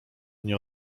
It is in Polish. nie